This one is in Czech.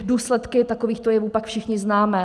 Důsledky takovýchto jevů pak všichni známe.